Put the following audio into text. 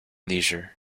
leisure